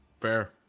Fair